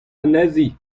anezhi